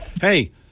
hey